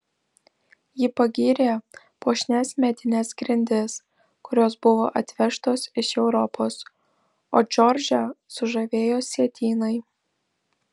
ji pagyrė puošnias medines grindis kurios buvo atvežtos iš europos o džordžą sužavėjo sietynai